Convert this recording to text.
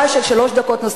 עוף מפה.